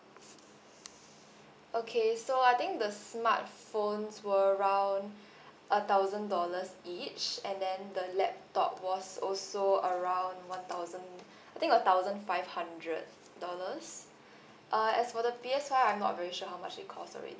okay so I think the smart phones were around a thousand dollars each and then the laptop was also around one thousand I think a thousand five hundred dollars uh as for the P_S five I'm I'm not very sure how much it cost already